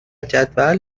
جدول